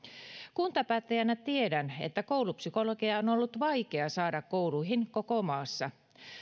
kuntapäättäjänä tiedän että koulupsykologeja on on ollut vaikea saada kouluihin koko maassa